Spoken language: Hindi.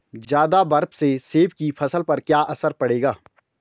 ज़्यादा बर्फ से सेब की फसल पर क्या असर पड़ेगा?